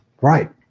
Right